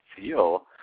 feel